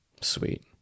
Sweet